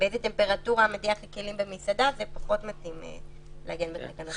באיזה טמפרטורה מדיח הכלים במסעדה זה פחות מתאים לעגן בתקנות,